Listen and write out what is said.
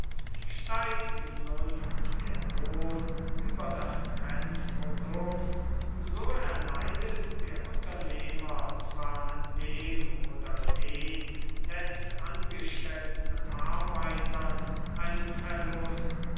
steigt nun der lohn über das grenzprodukt so erleidet der unternehmer zwar an dem oder den letztangestellten arbeitern einen verlust